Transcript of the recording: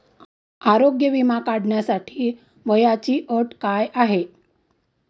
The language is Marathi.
आरोग्य विमा काढण्यासाठी वयाची अट काय आहे?